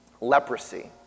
leprosy